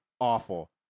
awful